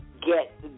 get